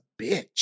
bitch